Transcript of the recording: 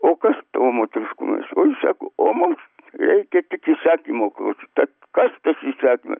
o kas tavo moteriškumui o ji sako o mums reikia tik įsakymų klausyt kastas įsakymas